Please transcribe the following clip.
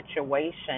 situation